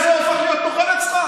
אז מהרגע הזה הוא הופך להיות נוכל אצלך?